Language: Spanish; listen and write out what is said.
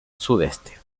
sudeste